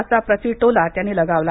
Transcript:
असा प्रतीटोला त्यांनी लगावला